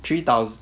three thousand